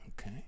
Okay